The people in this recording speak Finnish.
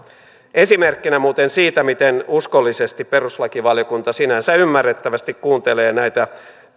esimerkkinä siitä miten uskollisesti perustuslakivaliokunta sinänsä ymmärrettävästi kuuntelee näitä